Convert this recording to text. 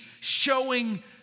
showing